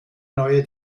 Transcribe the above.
neue